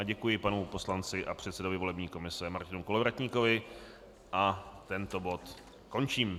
Děkuji panu poslanci a předsedovi volební komise Martinu Kolovratníkovi a tento bod končím.